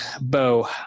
Bo